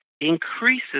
increases